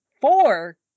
four